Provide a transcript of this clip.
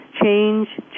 change